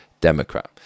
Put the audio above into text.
Democrat